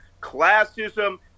classism